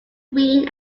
green